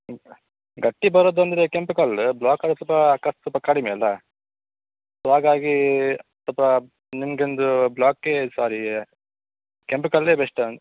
ಗಟ್ಟಿ ಬರೋದಂದ್ರೆ ಕೆಂಪು ಕಲ್ಲು ಬ್ಲಾಕ್ ಆದರೆ ಸ್ವಲ್ಪ ಖರ್ಚು ಸ್ವಲ್ಪ ಕಡಿಮೆ ಅಲ್ವಾ ಸೊ ಹಾಗಾಗಿ ಸ್ವಲ್ಪ ನಿಮಗೊಂದು ಬ್ಲಾಕೆ ಸಾರಿ ಕೆಂಪು ಕಲ್ಲೇ ಬೆಸ್ಟ್